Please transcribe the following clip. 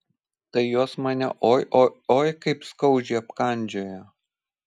tai jos mane oi oi oi kaip skaudžiai apkandžiojo